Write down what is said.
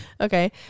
Okay